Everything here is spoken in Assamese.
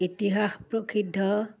ইতিহাস প্ৰসিদ্ধ